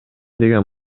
деген